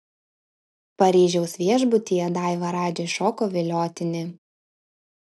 paryžiaus viešbutyje daiva radžiui šoko viliotinį